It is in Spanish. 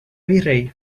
virrey